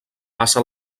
passa